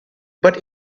but